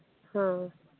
हाँ